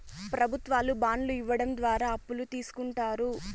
ప్రభుత్వాలు బాండ్లు ఇవ్వడం ద్వారా అప్పులు తీస్కుంటారు